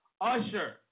Usher